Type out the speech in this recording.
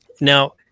Now